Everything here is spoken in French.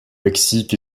mexique